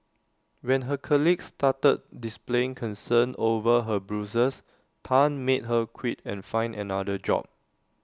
when her colleagues started displaying concern over her Bruises Tan made her quit and find another job